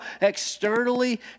externally